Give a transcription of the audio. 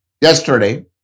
yesterday